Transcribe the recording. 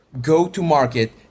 go-to-market